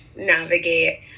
navigate